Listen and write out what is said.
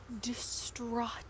distraught